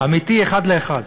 אמיתי, אחד לאחד.